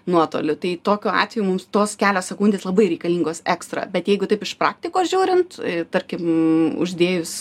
nuotoliu tai tokiu atveju mums tos kelios sekundės labai reikalingos ekstra bet jeigu taip iš praktikos žiūrint tarkim uždėjus